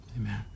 Amen